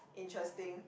interesting